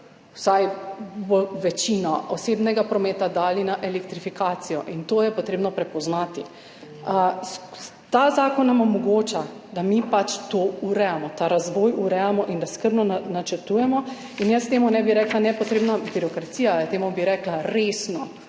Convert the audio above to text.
vsaj večino osebnega prometa, dali na elektrifikacijo, in to je treba prepoznati. Ta zakon nam omogoča, da ta razvoj urejamo in da skrbno načrtujemo. In jaz temu ne bi rekla nepotrebna birokracija, temu bi rekla resno